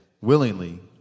Willingly